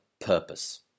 purpose